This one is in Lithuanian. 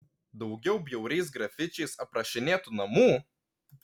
daugiau bjauriais grafičiais aprašinėtų namų